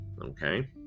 okay